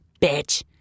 Bitch